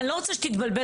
אני לא רוצה שתתבלבל,